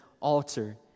altar